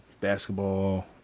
basketball